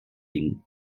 ging